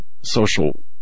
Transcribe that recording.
social